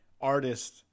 artist